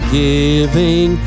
giving